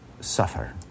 suffer